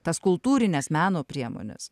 tas kultūrines meno priemones